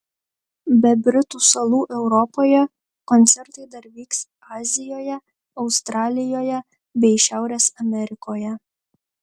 be britų salų europoje koncertai dar vyks azijoje australijoje bei šiaurės amerikoje